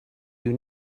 you